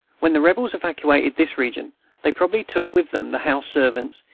when the rebels evacuated this region they probably took with them the house-servants,